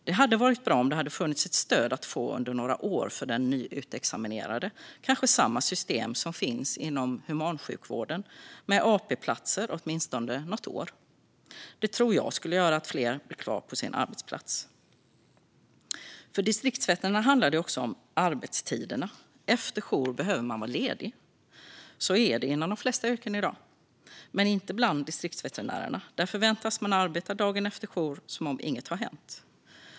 Det hade varit bra om det hade funnits ett stöd att få under några år för den nyutexaminerade, kanske samma system som finns inom humansjukvården, med AT-platser åtminstone något år. Det tror jag skulle göra att fler blir kvar på sin arbetsplats. För distriktsveterinärer handlar det också om arbetstiderna. Efter jour behöver man vara ledig. Så är det inom de flesta yrken i dag, men inte bland distriktsveterinärerna. Där förväntas man arbeta dagen efter jour som om inget hänt.